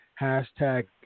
Hashtag